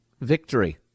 victory